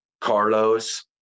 carlos